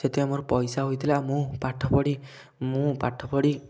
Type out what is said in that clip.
ସେଥିପାଇଁ ମୋର ପଇସା ହୋଇଥିଲା ମୁଁ ପାଠ ପଢ଼ି ମୁଁ ପାଠପଢ଼ି